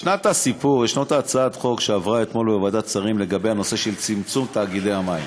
יש הצעת חוק שעברה אתמול בוועדת השרים לגבי הנושא של צמצום תאגידי המים.